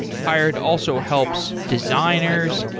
hired also helps designers,